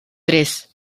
tres